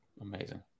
Amazing